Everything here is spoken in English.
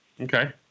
Okay